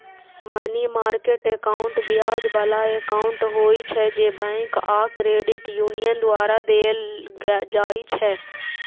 money market account ब्याज बला account होइ छै, जे बैंक आ क्रेडिट यूनियन द्वारा देल जाइ छै